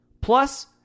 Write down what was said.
plus